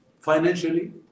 financially